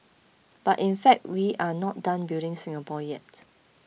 but in fact we are not done building Singapore yet